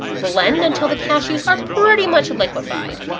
blend until the cashews are pretty much liquified.